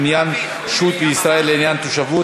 מניין שהות בישראל לעניין תושבות),